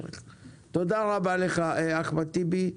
תודה רבה לך, אחמד טיבי.